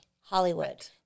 Hollywood